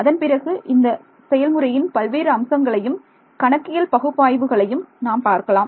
அதன் பிறகு இந்த செயல்முறையின் பல்வேறு அம்சங்களையும் கணக்கியல் பகுப்பாய்வுகளையும் நாம் பார்க்கலாம்